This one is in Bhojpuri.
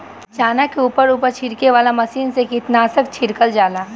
चना के ऊपर ऊपर ही छिड़के वाला मशीन से कीटनाशक छिड़कल जाला